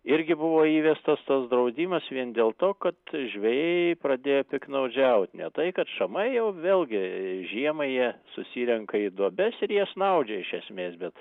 irgi buvo įvestas tas draudimas vien dėl to kad žvejai pradėjo piktnaudžiaut ne tai kad šamai jau vėlgi žiemą jie susirenka į duobes ir jie snaudžia iš esmės bet